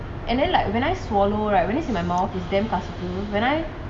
and then like when I swallow right when it's in my mouth is damn tasteful